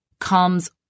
comes